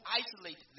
isolate